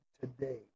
today